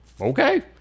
okay